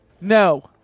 no